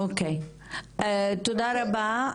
תודה רבה.